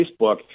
Facebook